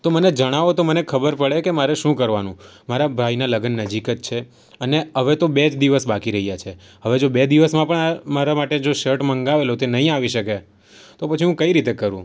તો મને જણાવો તો મને ખબર પડે કે મારે શું કરવાનું મારા ભાઈના લગ્ન નજીક જ છે અને હવે તો બે જ દિવસ બાકી રહ્યા છે હવે જો બે દિવસમાં પણ મારા માટે જે શર્ટ મંગાવેલો તે નહીં આવી શકે તો પછી હું કઈ રીતે કરું